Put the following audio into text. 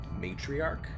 matriarch